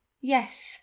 yes